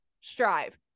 strive